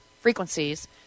frequencies